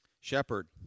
Shepherd